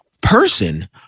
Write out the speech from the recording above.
person